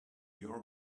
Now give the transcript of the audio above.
your